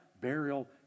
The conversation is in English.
burial